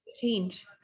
change